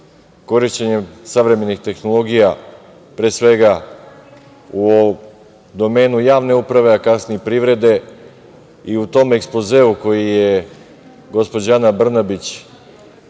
korišćenjem savremenih tehnologija pre svega u domenu javne uprave, a kasnije i privrede, i u tom ekspozeu koji je gospođa Ana Brnabić